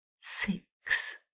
six